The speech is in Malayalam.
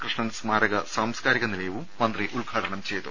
കൃഷ്ണൻ സ്മാരക സാംസ്കാരിക നിലയവും മന്ത്രി ഉദ്ഘാടനം ചെയ്തു